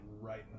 right